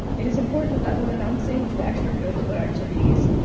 it is important that when announcing the extracurricular activities